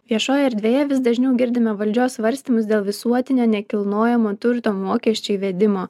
viešojoje erdvėje vis dažniau girdime valdžios svarstymus dėl visuotinio nekilnojamo turto mokesčio įvedimo